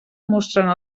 mostrant